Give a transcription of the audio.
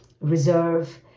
reserve